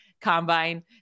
combine